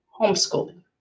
homeschooling